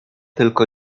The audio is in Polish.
tylko